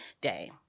Day